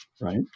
right